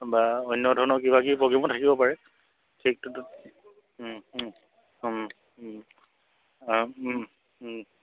বা অন্য ধৰণৰ কিবা কিবি প্ৰগ্ৰেমো থাকিব পাৰে ঠিকটোত